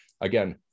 Again